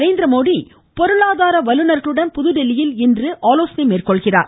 நரேந்திரமோடி பொருளாதார வல்லுனர்களுடன் புதுதில்லியில் இன்று ஆலோசனை மேற்கொள்கிறார்